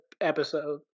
episode